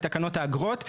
לתקנות האגרות.